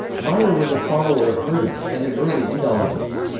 majer was a follower of herder, and an early indologist.